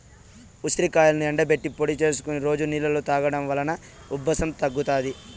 ఉసిరికాయలను ఎండబెట్టి పొడి చేసుకొని రోజు నీళ్ళలో తాగడం వలన ఉబ్బసం తగ్గుతాది